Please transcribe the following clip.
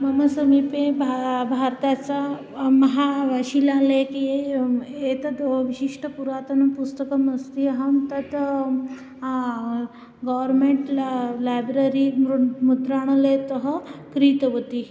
मम समीपे भा भारतचा महाशिलालेखीय एतद् ओ विशिष्टं पुरातनं पुस्तकम् अस्ति अहं तत् गौर्मेण्ट् ल लैब्ररी मृ मुद्रणालयतः क्रीतवती